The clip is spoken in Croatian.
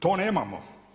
To nemamo.